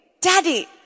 daddy